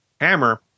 hammer